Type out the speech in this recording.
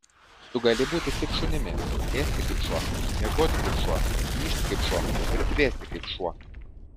tu gali būti tik šunimi ėsti kaip šuo miegoti kaip šuo myžti kaip šuo ir dvėsti kaip šuo